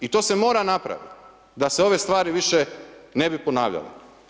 I to se mora napraviti da se ove stvari više ne bi ponavljale.